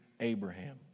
Abraham